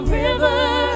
river